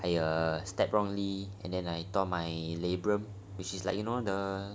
I err step wrongly and then I tore my liberum which is like you know the